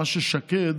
היתרון שהיה לשקד